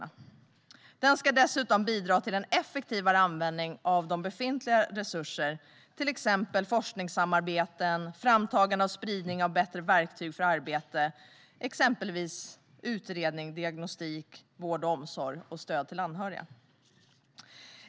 Planen ska dessutom bidra till en effektivare användning av befintliga resurser, till exempel forskningssamarbeten, framtagande och spridning av bättre verktyg för arbetet vid utredning och diagnostik, i vård och omsorg eller för stöd till anhöriga.